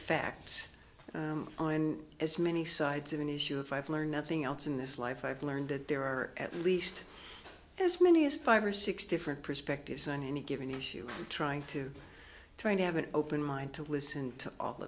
and as many sides of an issue if i've learned nothing else in this life i've learned that there are at least as many as five or six different perspectives on any given issue trying to trying to have an open mind to listen to all